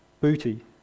booty